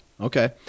Okay